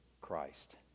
Christ